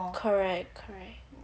correct correct